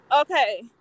Okay